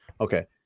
Okay